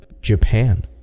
japan